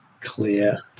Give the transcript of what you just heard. Clear